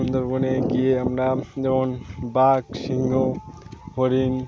সুন্দরবনে গিয়ে আমরা যেমন বাঘ সিংহ হরিণ